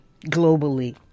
globally